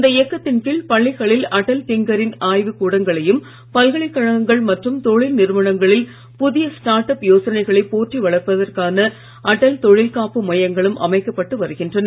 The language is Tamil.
இந்த இயக்கத்தின் கீழ் பள்ளிகளில் அடல் டிங்கரிங் ஆய்வு கூடங்களையும் பல்கலைக்கழகங்கள் மற்றும் தொழில் நிறுவனங்களில் புதிய ஸ்டார்ட் அப் யோசனைகளை போற்றி வளர்ப்பதற்கான அடல் தொழில் காப்பு மையங்களும் அமைக்கப்பட்டு வருகின்றன